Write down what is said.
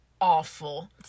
awful